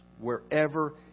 wherever